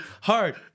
hard